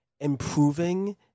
improving